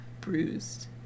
bruised